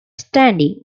standing